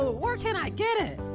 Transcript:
ah where can i get it?